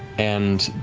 and